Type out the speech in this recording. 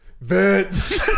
Vince